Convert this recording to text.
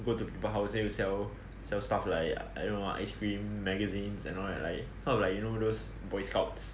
go to people house then you sell sell stuffs like I don't know like ice cream magazines and all that like sort of like those you know like those boy scouts